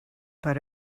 but